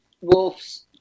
wolves